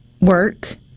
work